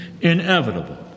inevitable